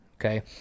Okay